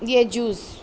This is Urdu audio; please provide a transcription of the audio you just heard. یہ جزو